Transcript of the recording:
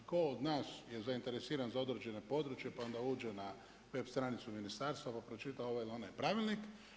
Tko od nas je zainteresiran za određena područja, pa onda uđe na web stranicu ministarstva, pa pročita ovaj ili onaj pravilnik.